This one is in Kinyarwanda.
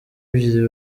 ebyiri